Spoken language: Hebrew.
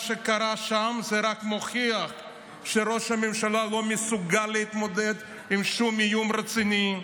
מה שקרה שם רק מוכיח שראש הממשלה לא מסוגל להתמודד עם שום איום רציני.